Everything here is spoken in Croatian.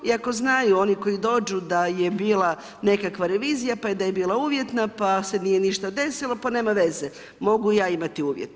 Iako znaju oni koji dođu da je bila nekakva revizija pa da je bila uvjetna, pa se nije ništa desilo, pa nema veze, mogu ja imati uvjet.